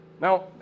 Now